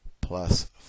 plus